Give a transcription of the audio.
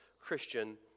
christian